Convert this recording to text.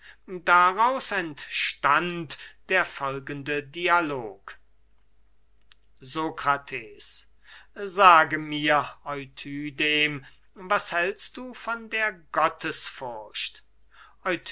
daraus entstand der folgende dialog sokrates sage mir euthydem was hältst du von der